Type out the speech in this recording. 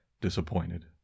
disappointed